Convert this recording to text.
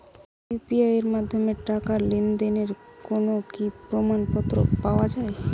UPI এর মাধ্যমে টাকা লেনদেনের কোন কি প্রমাণপত্র পাওয়া য়ায়?